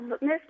Miss